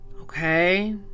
Okay